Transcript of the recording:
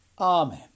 Amen